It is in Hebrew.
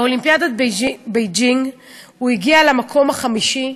באולימפיאדת בייג'ין הוא הגיע למקום החמישי,